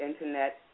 Internet